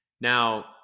Now